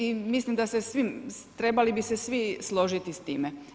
I mislim da se svi, trebali bi se svi složiti s time.